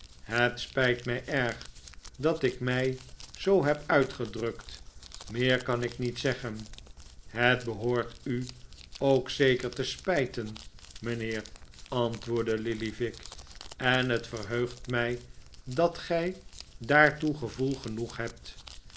het spijt mij erg dat ik mij zoo heb uitgedrukt meer kan ik niet zeggen het behoort u ook zeker te spijten mijnheer antwoordde lillyvick en het verheugt mij dat gij daartoe gevoel genoeg hebt